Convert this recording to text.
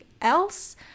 else